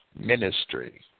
ministry